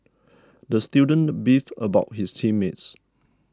the student beefed about his team mates